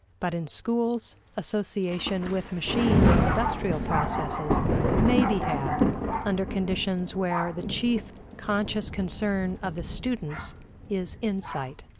but in schools, association with machines and industrial processes may be had under conditions where the chief conscious concern of the students is insight.